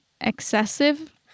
excessive